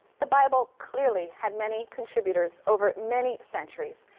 the bible clearly had many contributors over many centuries,